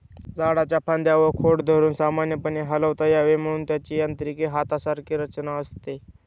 झाडाच्या फांद्या व खोड धरून सामान्यपणे हलवता यावे म्हणून त्याची यांत्रिक हातासारखी रचना असते